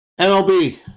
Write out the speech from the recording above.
MLB